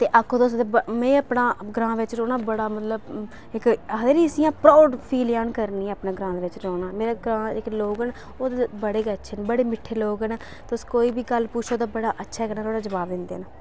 ते आक्खो तुस तां में अपने ग्रांऽ बिच रौह्ना बड़ा मतलब इक आखदे नी प्राऊड फील जन करनी आं अपने ग्रांऽ दे बिच रौह्ना मेरे ग्रांऽ दे जेह्के लोग न ओह् बड़े गै अच्छे न बड़े मिट्ठे लोग न तुस कोई बी गल्ल पुच्छो तां बड़ा अच्छे कन्नै नुहाड़ा जबाव दिंदे न